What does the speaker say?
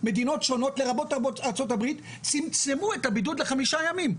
מדינות שונות לרבות ארצות הברית צמצמו את הבידוד לחמישה ימים,